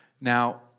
Now